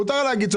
מותר להגיד.